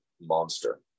monster